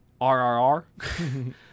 RRR